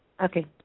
Okay